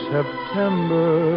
September